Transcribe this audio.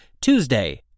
Tuesday